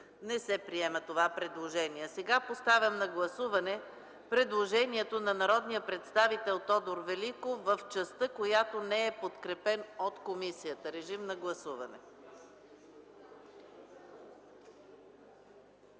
Не се приема това предложение. Сега поставям на гласуване предложението на народния представител Тодор Великов в частта, която не е подкрепена от комисията. Моля, гласувайте.